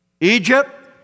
Egypt